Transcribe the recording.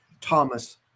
Thomas